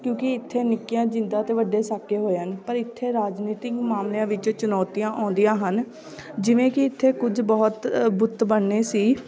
ਕਿਉਂਕਿ ਇੱਥੇ ਨਿੱਕੀਆਂ ਜ਼ਿੰਦਾਂ ਅਤੇ ਵੱਡੇ ਸਾਕੇ ਹੋਏ ਹਨ ਪਰ ਇੱਥੇ ਰਾਜਨੀਤਿਕ ਮਾਮਲਿਆਂ ਵਿੱਚ ਚੁਣੌਤੀਆਂ ਆਉਂਦੀਆਂ ਹਨ ਜਿਵੇਂ ਕਿ ਇੱਥੇ ਕੁਝ ਬਹੁਤ ਬੁੱਤ ਬਣਨੇ ਸੀ